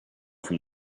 from